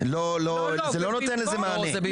זה לא נותן לזה מענה.